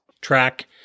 track